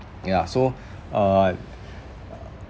ya so uh